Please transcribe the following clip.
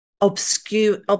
obscure